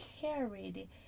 carried